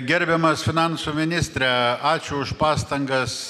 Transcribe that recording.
gerbiamas finansų ministre ačiū už pastangas